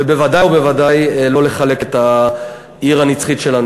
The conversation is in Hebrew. ובוודאי ובוודאי לא לחלק את העיר הנצחית שלנו,